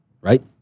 right